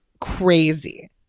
crazy